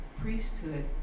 priesthood